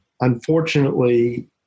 unfortunately